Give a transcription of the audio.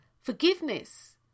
forgiveness